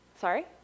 Sorry